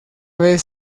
vez